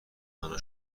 بنا